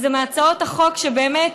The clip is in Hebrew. זה מהצעות החוק שבאמת,